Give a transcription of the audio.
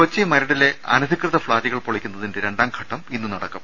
കൊച്ചി മരടിലെ അനധികൃത ഫ്ളാറ്റുകൾ പൊളിക്കുന്ന തിന്റെ രണ്ടാംഘട്ടം ഇന്ന് നടക്കും